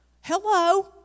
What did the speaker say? hello